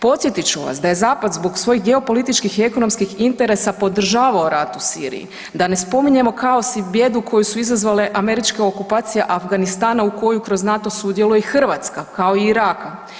Podsjetit ću vas da je zapad zbog svojih geopolitičkih i ekonomskih interesa podržavao rat u Siriji, a ne spominjemo kaos i bijedu koju su izazvale američke okupacije Afganistana u koju kroz NATO sudjeluje i Hrvatska kao i Iraka.